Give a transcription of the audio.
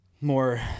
more